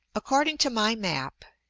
according to my map,